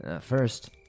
First